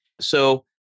so-